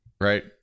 right